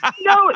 No